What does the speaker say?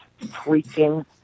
freaking